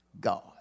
God